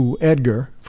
Edgar